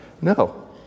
No